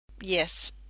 Yes